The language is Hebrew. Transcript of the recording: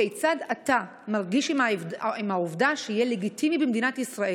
כיצד אתה מרגיש עם העובדה שיהיה לגיטימי במדינת ישראל,